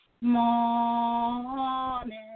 morning